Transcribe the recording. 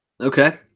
Okay